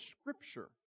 Scripture